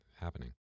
happening